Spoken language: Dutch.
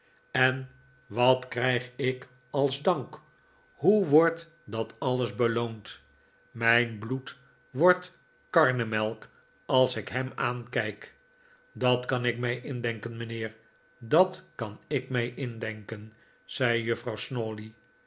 en wat krijg ik als dank hoe wordt dat alles beloond mijn bloed wordt karnemelk als ik hem aankijk dat kan ik mij indenken mijnheer dat kan ik mij indenken zei juffrouw